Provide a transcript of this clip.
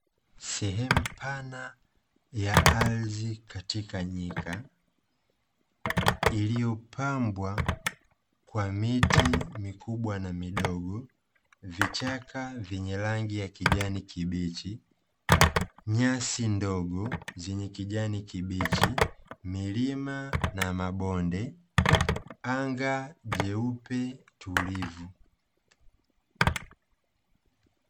Sehemu pana ya ardhi katika nyika iliyopambwa kwa miti mikubwa na midogo, vichaka vyenye rangi ya kijani kibichi, nyasi ndogo zenye kijani kibichi, milima na mabonde, anga jeupe tulivu.